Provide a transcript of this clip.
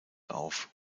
auf